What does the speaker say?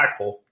impactful